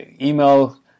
email